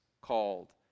called